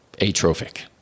atrophic